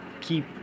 keep